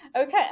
Okay